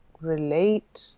relate